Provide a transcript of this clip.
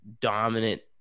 dominant